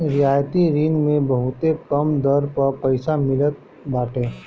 रियायती ऋण मे बहुते कम दर पअ पईसा मिलत बाटे